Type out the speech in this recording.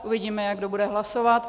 Uvidíme, jak kdo bude hlasovat.